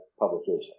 publication